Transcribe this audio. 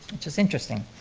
which is interesting.